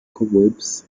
cobwebs